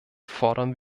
fordern